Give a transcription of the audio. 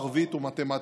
ערבית ומתמטיקה.